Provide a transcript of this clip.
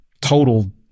total